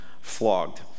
flogged